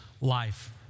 life